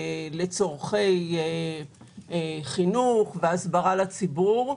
לצורכי חינוך והסברה לציבור.